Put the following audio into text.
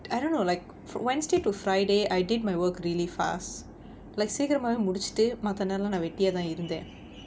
I don't know like for wednesday to friday I did my work really fast like சீக்கிரமாவே முடிச்சிட்டு மத்த நேரல்லாம் நான் வெட்டியா தான் இருந்தேன்:seekkiramaavae mudichittu matha nerallaam naan vettiyaa thaan irunthaan